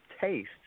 taste